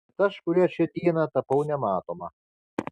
bet aš kurią čia dieną tapau nematoma